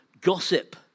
Gossip